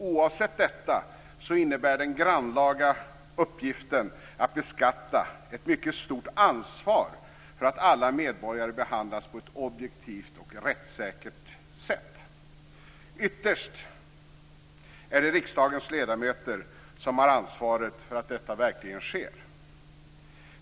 Oavsett detta innebär den grannlaga uppgiften att beskatta ett mycket stort ansvar för att alla medborgare behandlas på ett objektivt och rättssäkert sätt. Ytterst är det riksdagens ledamöter som har ansvaret för att detta verkligen sker.